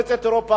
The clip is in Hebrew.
במועצת אירופה,